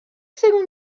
seconde